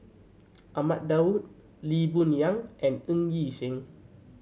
Ahmad Daud Lee Boon Yang and Ng Yi Sheng